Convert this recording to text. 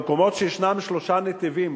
במקומות שישנם שלושה נתיבים,